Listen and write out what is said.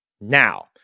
Now